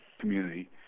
community